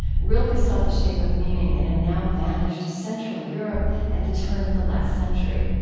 rilke sought the shape of meaning in a now-vanished central europe at the turn of the last century.